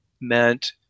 meant